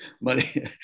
Money